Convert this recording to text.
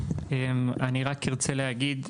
אני רק ארצה להגיד,